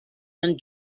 and